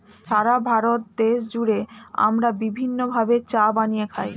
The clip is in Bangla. সারা ভারত দেশ জুড়ে আমরা বিভিন্ন ভাবে চা বানিয়ে খাই